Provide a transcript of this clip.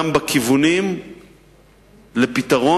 גם בכיוונים לפתרון.